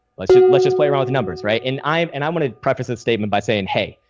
let's just let's just play around the numbers. right. and i um and i want to preface this statement by saying, hey,